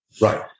Right